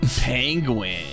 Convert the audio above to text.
Penguin